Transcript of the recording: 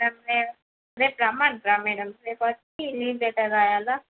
madam రేపు రమ్మంటారా madam రేపు వచ్చి లీవ్ లెటర్ రాయాలా